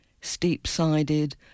steep-sided